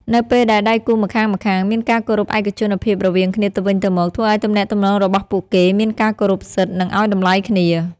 នៅពេលដែលដៃគូរម្ខាងៗមានការគោរពឯកជនភាពរវាងគ្នាទៅវិញទៅមក ធ្វើឱ្យទំនាក់ទំនងរបស់ពួកគេមានការគោរពសិទ្ធ និងឱ្យតម្លៃគ្នា។